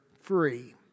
free